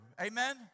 amen